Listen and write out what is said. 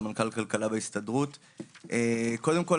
קודם כל,